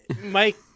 Mike